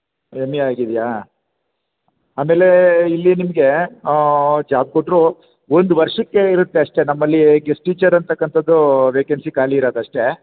M A ಆಗಿದೆಯಾ ಆಮೇಲೆ ಇಲ್ಲಿ ನಿಮಗೆ ಜಾಬ್ ಕೊಟ್ಟರೂ ಒಂದು ವರ್ಷಕ್ಕೆ ಇರುತ್ತೆ ಅಷ್ಟೇ ನಮ್ಮಲ್ಲಿ ಗೆಸ್ಟ್ ಟೀಚರ್ ಅಂಥಕ್ಕಂತದ್ದು ವೇಕೆನ್ಸಿ ಖಾಲಿ ಇರದು ಅಷ್ಟೇ